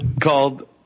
called